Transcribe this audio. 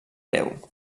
déu